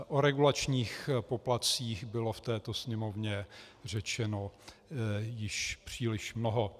O regulačních poplatcích bylo v této Sněmovně řečeno již příliš mnoho.